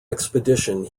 expedition